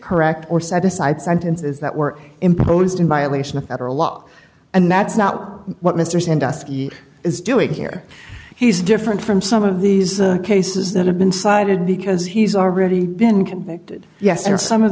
correct or set aside sentences that were imposed in violation of federal law and that's not what mr sandusky is doing here he's different from some of these cases that have been cited because he's already been convicted yes and some of